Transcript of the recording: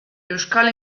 euskal